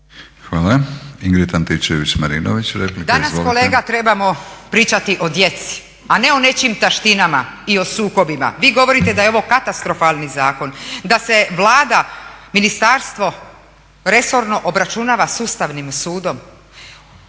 Hvala. Ingrid Antičević-Marinović replika, izvolite.